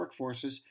workforces